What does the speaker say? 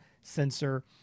sensor